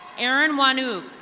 erin wanoo.